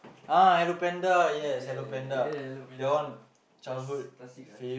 yeah yeah yeah eh Hello-Panda class~ classic ah